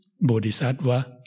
bodhisattva